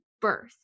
birth